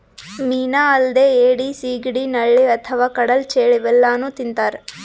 ಮೀನಾ ಅಲ್ದೆ ಏಡಿ, ಸಿಗಡಿ, ನಳ್ಳಿ ಅಥವಾ ಕಡಲ್ ಚೇಳ್ ಇವೆಲ್ಲಾನೂ ತಿಂತಾರ್